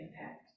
impact